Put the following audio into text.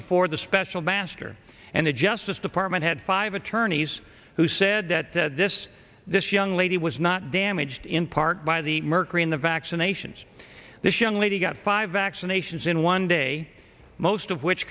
before the special master and the justice department had five attorneys who said that this this young lady was not damaged in part by the mercury in the vaccinations this young lady got five vaccinations in one day most of which